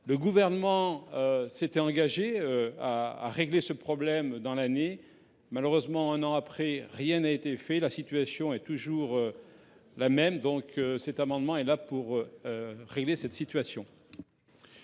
Le Gouvernement s’était engagé à régler ce problème dans l’année. Malheureusement, un an après, rien n’a été fait ; la situation est toujours la même. Cet amendement vise donc à régler cette situation.